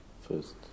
First